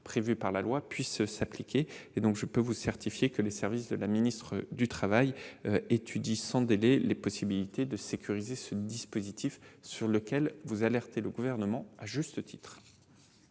prévues par la loi puissent s'appliquer. Je peux vous le certifier, les services de Mme la ministre du travail étudient sans délai les possibilités de sécuriser ce dispositif sur lequel vous alertez à juste titre